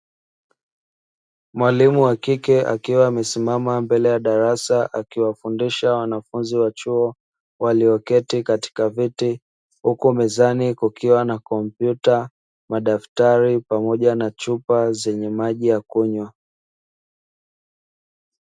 Mwalimu wa kike akiwa amesimama mbele ya darasa akiwafundisha wanafunzi wa chuo walioketi katika viti huku mezani kukiwa na kompyuta, madaftari, pamoja na chupa zenye maji ya kunywa.